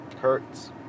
Hurts